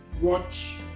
watch